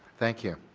thank you.